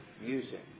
music